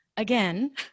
Again